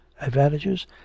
advantages